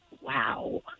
wow